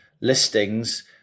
listings